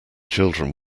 children